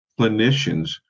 clinicians